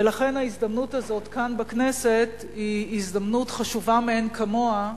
ולכן ההזדמנות הזאת כאן בכנסת היא הזדמנות חשובה מאין כמוה,